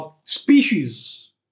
Species